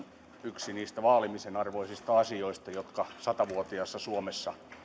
yksi niistä vaalimisen arvoisista asioista jotka sata vuotiaassa suomessa